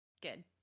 Good